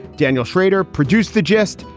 daniel shrader produced the gist.